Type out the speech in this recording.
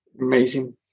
amazing